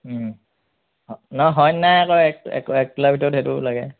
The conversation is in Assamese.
নহয় হয় নাই আকৌ এ এক এক তোলাৰ ভিতৰত সেইটো লাগে